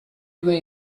due